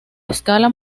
escala